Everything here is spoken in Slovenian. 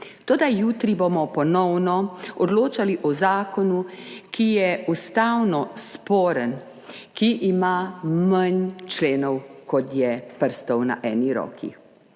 Toda jutri bomo ponovno odločali o zakonu, ki je ustavno sporen, ki ima manj členov, kot je prstov na eni roki.